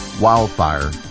wildfire